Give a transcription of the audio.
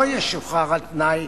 לא ישוחרר על-תנאי,